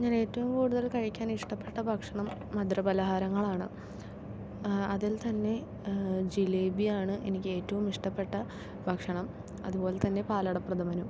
ഞാൻ ഏറ്റവും കൂടുതൽ കഴിക്കാൻ ഇഷ്ടപ്പെട്ട ഭക്ഷണം മധുര പാലഹാരങ്ങളാണ് അതിൽ തന്നെ ജിലേബിയാണ് എനിക്ക് ഏറ്റവുമിഷ്ടപ്പെട്ട ഭക്ഷണം അതുപോലെത്തന്നെ പാലട പ്രഥമനും